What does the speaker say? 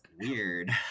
weird